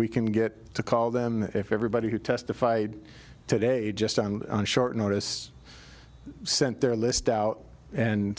we can get to call them if everybody who testified today just on short notice sent their list out and